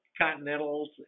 continentals